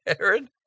Aaron